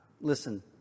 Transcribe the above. Listen